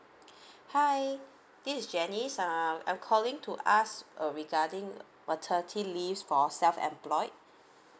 hi this is janice um I'm calling to ask uh regarding maternity leaves for self employed